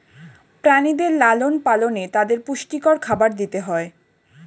প্রাণীদের লালন পালনে তাদের পুষ্টিকর খাবার দিতে হয়